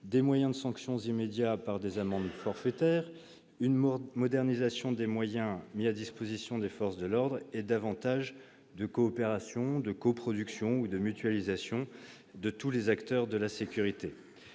des moyens de sanction immédiate, au travers d'amendes forfaitaires, une modernisation des moyens mis à la disposition des forces de l'ordre, et davantage de coopération, de coproduction ou de mutualisation de tous les acteurs de la sécurité-